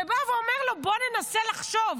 ואומר לו: בוא ננסה לחשוב,